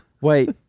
Wait